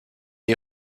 est